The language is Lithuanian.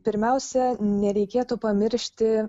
pirmiausia nereikėtų pamiršti